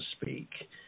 speak